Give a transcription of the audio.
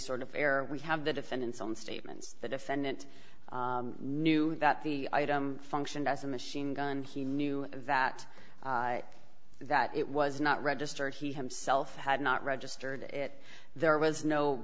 sort of fair we have the defendant's own statements the defendant knew that the item functioned as a machine gun he knew that that it was not registered he himself had not registered it there was no